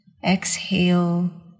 Exhale